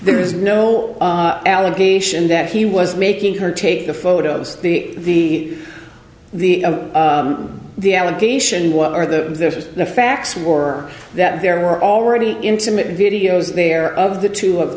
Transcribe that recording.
there is no allegation that he was making her take the photos the the the allegation what are the the facts were that there were already intimate videos there of the two of